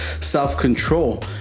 self-control